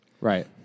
Right